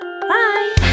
Bye